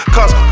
Cause